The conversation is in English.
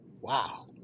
wow